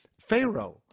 Pharaoh